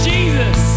Jesus